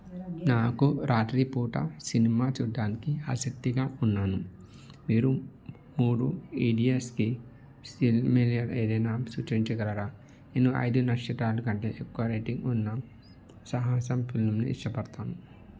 నాకు రాత్రి పూట సినిమా చూడ్డానికి అసక్తిగా ఉన్నాను మీరు మూడు ఈడియట్స్కి సిమిలర్ ఏదైనా సూచించగలరా నేను ఐదు నక్షత్రాలు కంటే ఎక్కువ రేటింగ్ ఉన్న సాహసం ఫిల్మ్ని ఇష్టపడతాను